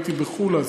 הייתי בחו"ל אז,